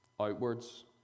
outwards